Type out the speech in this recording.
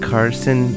Carson